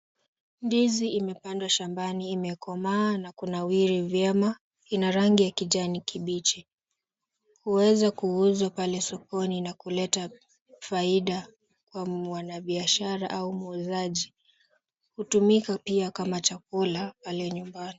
Ndizi imepandwa shambani imekomaa na kunawiri vyema. Ina rangi ya kijani kibichi. Huweza kuuzwa pale sokoni na kuleta faida kwa mwanabiashara au muuzaji. Hutumika pia kama chakula pale nyumbani.